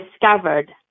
discovered